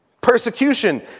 Persecution